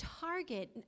target